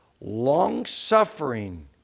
long-suffering